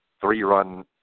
three-run